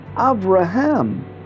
Abraham